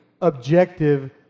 objective